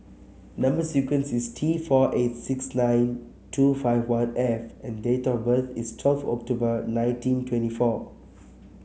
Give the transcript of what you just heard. number sequence is T four eight six nine two five one F and date of birth is twelfth October nineteen twenty four